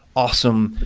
awesome.